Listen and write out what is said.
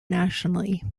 nationally